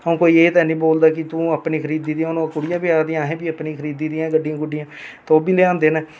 हां कोई एह् ते निं बोलदा कि तूं अपने खरीदी दी हून कुड़ियां बी आखदियां असें बी अपनी खरीदी दियां गड्डियां गुड्डियां ते ओह् बी लेहांदे न